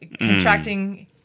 contracting